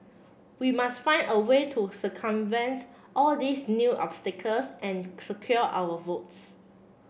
we must find a way to circumvent all these new obstacles and secure our votes